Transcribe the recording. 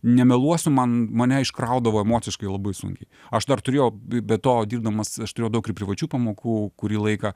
nemeluosiu man mane iškraudavo emociškai labai sunkiai aš dar turėjau be to dirbdamas aš turėjau daug ir privačių pamokų kurį laiką